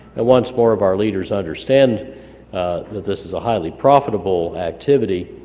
and once more of our leaders understand that this is a highly profitable activity